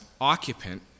occupant